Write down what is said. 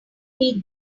pete